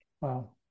Wow